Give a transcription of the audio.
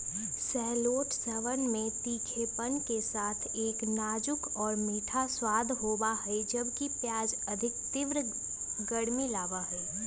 शैलोट्सवन में तीखेपन के साथ एक नाजुक और मीठा स्वाद होबा हई, जबकि प्याज अधिक तीव्र गर्मी लाबा हई